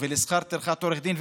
ולשכר טרחת עורך דין.